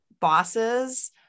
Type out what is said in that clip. bosses